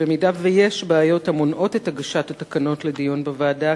במידה שיש בעיות המונעות את הגשת התקנות לדיון בוועדה,